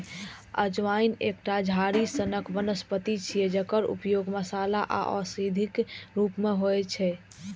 अजवाइन एकटा झाड़ी सनक वनस्पति छियै, जकर उपयोग मसाला आ औषधिक रूप मे होइ छै